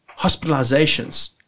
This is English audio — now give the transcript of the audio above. hospitalizations